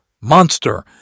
Monster